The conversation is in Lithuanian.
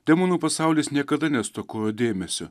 demonų pasaulis niekada nestokojo dėmesio